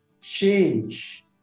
change